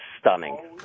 stunning